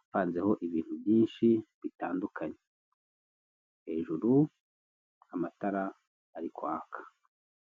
apanzeho ibintu byinshi bitandukanye, hejuru amatara ari kwaka.